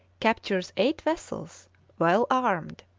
captures eight vessels well armed,